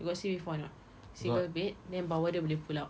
you got see before or not single bed then bawah dia boleh pull out